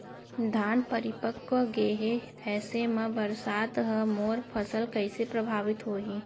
धान परिपक्व गेहे ऐसे म बरसात ह मोर फसल कइसे प्रभावित होही?